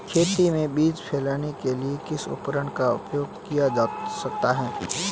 खेत में बीज फैलाने के लिए किस उपकरण का उपयोग किया जा सकता है?